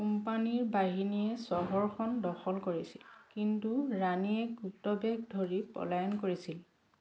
কোম্পানীৰ বাহিনীয়ে চহৰখন দখল কৰিছিল কিন্তু ৰাণীয়ে গুপ্তবেশ ধৰি পলায়ন কৰিছিল